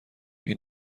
این